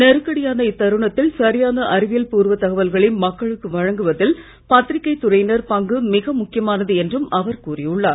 நெருக்கடியான இத்தருணத்தில் சரியான அறிவியல்பூர்வ தகவல்களை மக்களுக்கு வழங்குவதில் பத்திரிக்கைத் துறையினரின் பங்கு மிக முக்கியமானது என்றும் அவர் கூறியுள்ளார்